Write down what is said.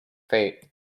fate